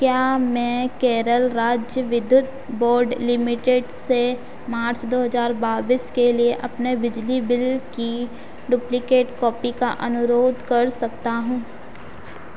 क्या मैं केरल राज्य विद्युत बोर्ड लिमिटेड से मार्च दो हज़ार बाइस के लिए अपने बिजली बिल की डुप्लिकेट कॉपी का अनुरोध कर सकता हूँ